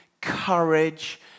courage